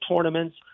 tournaments